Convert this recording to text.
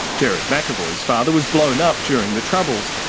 gerard mcevoy's father was blown up during the troubles,